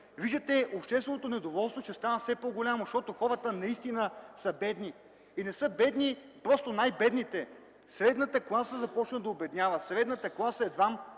Виждате, че общественото недоволство става все по-голямо, защото хората наистина са бедни. Не са бедни просто най-бедните, средната класа започва да обеднява, средната класа едва